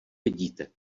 vidíte